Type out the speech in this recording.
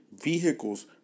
vehicles